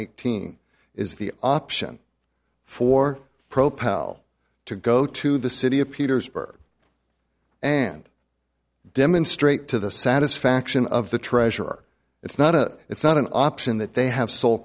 eighteen is the option for pro pal to go to the city of petersburg and demonstrate to the satisfaction of the treasurer it's not a it's not an option that they have sole